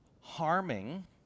harming